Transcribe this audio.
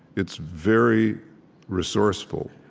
it's very resourceful.